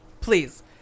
please